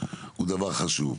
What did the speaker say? הוא דבר חשוב.